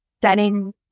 setting